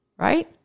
Right